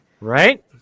Right